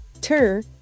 Tur